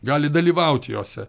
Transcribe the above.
gali dalyvaut jose